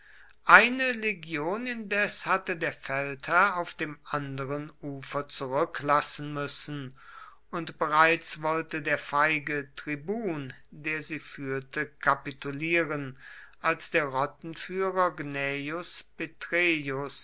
eine legion indes hatte der feldherr auf dem anderen ufer zurücklassen müssen und bereits wollte der feige tribun der sie führte kapitulieren als der rottenführer gnaeus